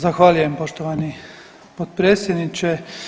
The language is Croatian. Zahvaljujem poštovani potpredsjedniče.